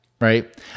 Right